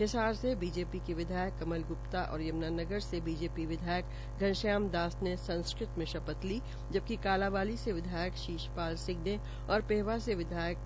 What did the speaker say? हिसार से बीजेपी के विधायक कमल ग्प्ता और यम्नानगर से बीजेपी विधायक घनश्याम दास ने संस्कृति में शपथ ली जबकि कालांवाली से विधायक शीशपाल सिंह और पहेवा से विधायक